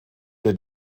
der